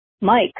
Mike